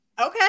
okay